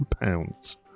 pounds